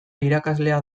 irakaslea